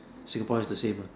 Singapore is the same ah